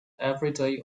everyday